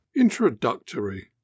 Introductory